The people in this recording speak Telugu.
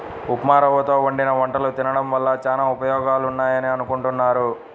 ఉప్మారవ్వతో వండిన వంటలు తినడం వల్ల చానా ఉపయోగాలున్నాయని అనుకుంటున్నారు